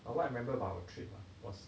well what I remember of our trip was